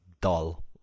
dull